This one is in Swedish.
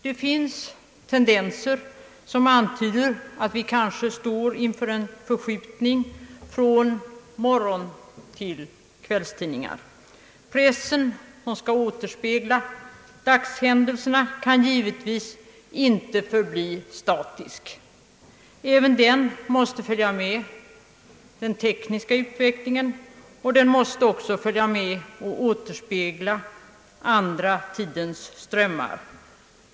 Det finns tendenser som antyder att vi kanske står inför en förskjutning från morgontill kvällstidningar. Pressen, som skall återspegla dagshändelserna, kan givetvis inte förbli statisk. Även den måste följa med den tekniska utvecklingen, och den måste också följa med och återspegla andra tidens strömmar.